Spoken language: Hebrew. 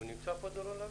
תודה רבה.